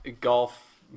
Golf